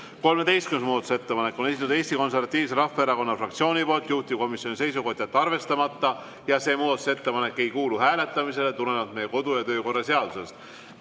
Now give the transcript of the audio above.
13. muudatusettepaneku on esitanud Eesti Konservatiivse Rahvaerakonna fraktsioon, juhtivkomisjoni seisukoht on jätta arvestamata ja see muudatusettepanek ei kuulu hääletamisele tulenevalt meie kodu‑ ja töökorra seadusest.